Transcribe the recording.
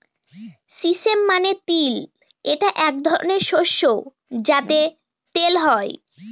sesame মানে তিল এটা এক ধরনের শস্য যাতে তেল হয়